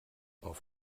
auf